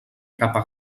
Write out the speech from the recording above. capa